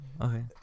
Okay